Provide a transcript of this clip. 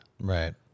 right